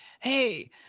hey